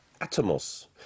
atomos